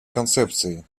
концепцией